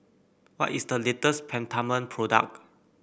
what is the latest Peptamen product